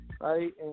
right